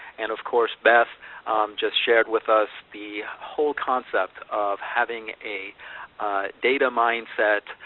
and of course, beth just shared with us the whole concept of having a data mindset,